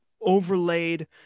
overlaid